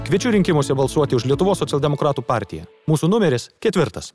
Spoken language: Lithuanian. kviečiu rinkimuose balsuoti už lietuvos socialdemokratų partiją mūsų numeris ketvirtas